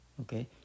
Okay